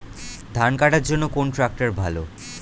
ধান কাটার জন্য কোন ট্রাক্টর ভালো?